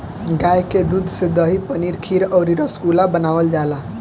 गाय के दूध से दही, पनीर खीर अउरी रसगुल्ला बनावल जाला